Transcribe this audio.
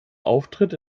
auftritt